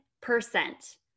percent